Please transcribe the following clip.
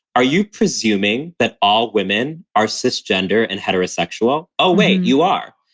are you presuming that all women are cis gender and heterosexual? oh, wait. you are.